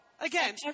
Again